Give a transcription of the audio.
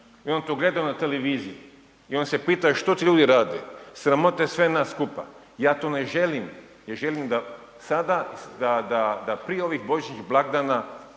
i on tu gleda na televiziji i onda se pita što ti ljudi rade. Sramota je sve nas skupa. Ja to ne želim. Ja želim da sada da, da, prije ovih božićnih blagdana